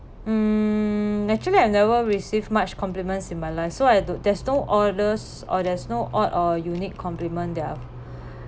mm actually I never received much compliments in my life so I there's no oddest or there's no odd or unique complement that I've